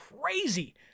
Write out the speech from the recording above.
crazy